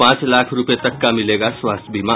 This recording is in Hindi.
पांच लाख रूपये तक का मिलेगा स्वास्थ्य बीमा